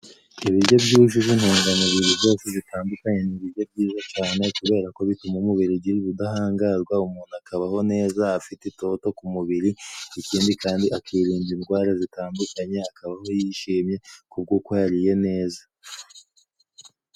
Ibiryo byujuje intungamubiri zose zitandukanye ni ibiryo byiza cane kuberako bituma umubiri ugira ubudahangarwa, umuntu akabaho neza afite itoto ku mubiri ,ikindi kandi akirinda indwara zitandukanye akabaho yishimye kubw'uko yariye neza.